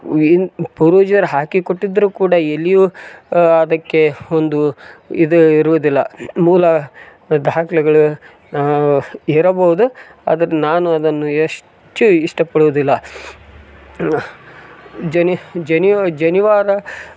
ಪೂರ್ವಜರು ಹಾಕಿಕೊಟ್ಟಿದ್ದರೂ ಕೂಡ ಎಲ್ಲಿಯೂ ಅದಕ್ಕೆ ಒಂದು ಇದು ಇರುವುದಿಲ್ಲ ಮೂಲ ದಾಖಲೆಗಳ್ ಇರಬಹುದು ಆದರೆ ನಾನು ಅದನ್ನು ಎಷ್ಚು ಇಷ್ಟಪಡುವುದಿಲ್ಲ ಜನಿವಾರ